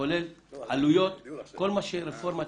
כולל עלויות וכל מה שרפורמה צריכה.